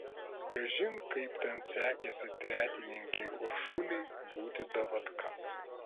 kažin kaip ten sekėsi tretininkei uršulei būti davatka